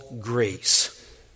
grace